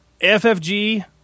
FFG